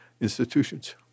institutions